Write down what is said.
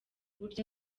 burya